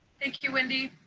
thank you, wendy.